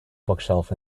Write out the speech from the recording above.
bookshelf